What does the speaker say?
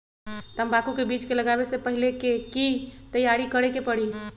तंबाकू के बीज के लगाबे से पहिले के की तैयारी करे के परी?